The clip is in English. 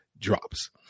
drops